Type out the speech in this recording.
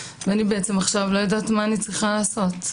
ואני בעצם עכשיו לא יודעת מה אני צריכה לעשות.